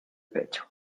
pecho